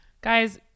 guys